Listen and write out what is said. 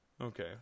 Okay